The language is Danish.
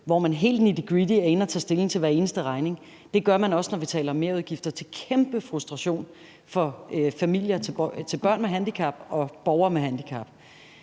hvor man helt nittygritty er inde at tage stilling til hver eneste regning. Det gør man også, når vi taler om merudgifter, til kæmpe frustration for familier til børn med handicap og for borgere med handicap.